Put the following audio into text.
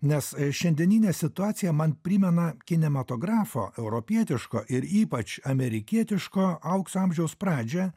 nes šiandieninė situacija man primena kinematografo europietiško ir ypač amerikietiško aukso amžiaus pradžią